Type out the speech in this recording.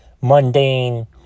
mundane